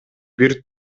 бир